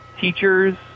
Teachers